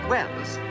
Wells